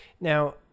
Now